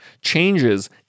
Changes